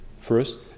First